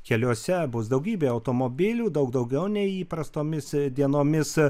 keliuose bus daugybė automobilių daug daugiau nei įprastomis dienomis